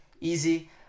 easy